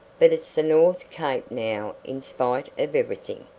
but it's the north cape now in spite of everything.